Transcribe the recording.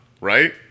right